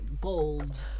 Gold